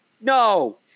No